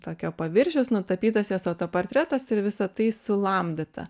tokio paviršiaus nutapytas jos autoportretas ir visa tai sulamdyta